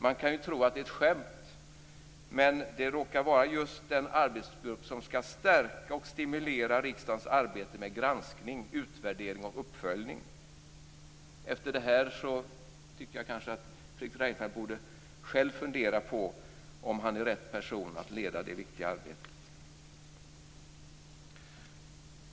Man kan tro att det är ett skämt, men det råkar vara just den arbetsgrupp som skall stärka och stimulera riksdagens arbete med granskning, utvärdering och uppföljning. Efter det här tycker jag kanske att Fredrik Reinfeldt borde fundera på om han är rätt person att leda det viktiga arbetet.